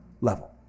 level